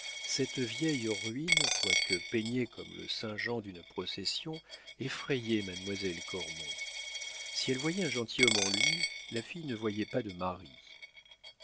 cette vieille ruine quoique peignée comme le saint jean d'une procession effrayait mademoiselle cormon si elle voyait un gentilhomme en lui la fille ne voyait pas de mari